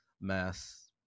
mass